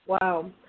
wow